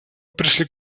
пришли